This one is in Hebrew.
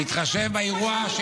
להתחשב באירוע,